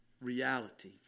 Reality